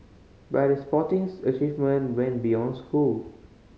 but his sportings achievement went beyond school